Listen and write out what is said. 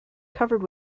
covered